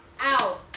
out